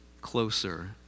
closer